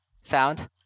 sound